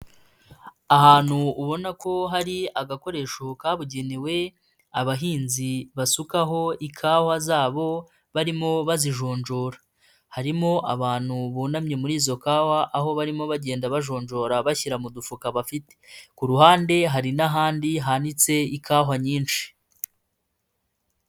Ahantu ubona ko hari agakoresho kabugenewe abahinzi basukaho ikawa zabo barimo bazijonjora, harimo abantu bunamye muri izo kawa aho barimo bagenda bajonjora bashyira mu dufuka bafite, ku ruhande hari n'ahandi hanitse ikawa nyinshi.